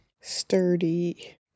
sturdy